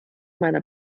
meiner